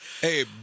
Hey